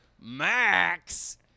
Max